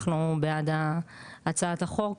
אנחנו בעד הצעת החוק.